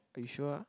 you sure ah